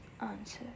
answer